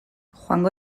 joango